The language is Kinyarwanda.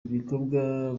ibikorwa